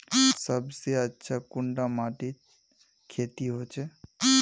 सबसे अच्छा कुंडा माटित खेती होचे?